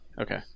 Okay